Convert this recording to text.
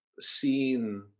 seen